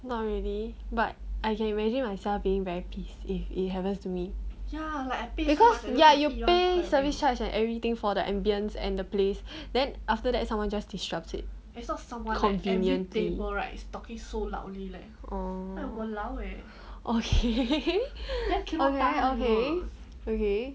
not really but I can imagine myself being very peace if it happens to me because ya you pay service charge and everything for the ambience and the place then after that someone just disrupts it conveniently oh okay okay okay